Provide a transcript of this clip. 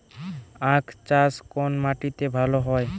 আখ চাষ কোন মাটিতে ভালো হয়?